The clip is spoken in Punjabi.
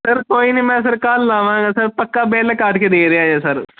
ਸਰ ਕੋਈ ਨਹੀਂ ਮੈਂ ਫਿਰ ਕੱਲ੍ਹ ਆਵਾਂਗਾ ਸਰ ਪੱਕਾ ਬਿੱਲ ਕੱਟ ਕੇ ਦੇ ਜਿਆ ਸਰ